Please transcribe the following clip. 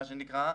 מה שנקרא.